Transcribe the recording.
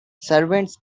servants